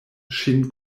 ŝin